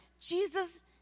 Jesus